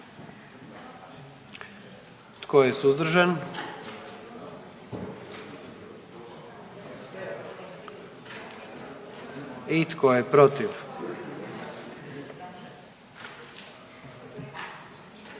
Tko je suzdržan? I tko je protiv?